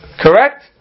Correct